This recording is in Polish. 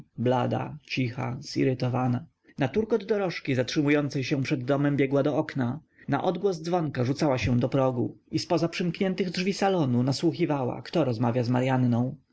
blada cicha zirytowana na turkot dorożki zatrzymującej się przed domem biegła do okna na odgłos dzwonka rzucała się do progu i zpoza przymkniętych drzwi salonu nasłuchiwała kto rozmawia z maryanną